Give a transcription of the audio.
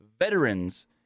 veterans